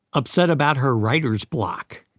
upset about her writer's block.